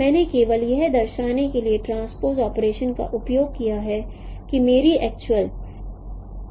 मैंने केवल यह दर्शाने के लिए ट्रांसपोज़ ऑपरेशन का उपयोग किया है कि मेरी एक्चुल